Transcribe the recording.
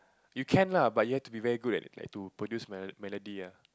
you can lah but you have to be very good at like to produce melo~ melody lah